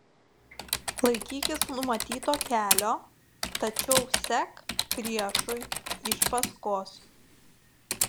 laikykis numatyto kelio tačiau sek priešui iš paskos